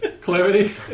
Clarity